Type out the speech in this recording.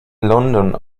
london